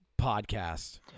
podcast